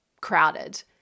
crowded